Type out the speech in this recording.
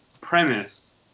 premise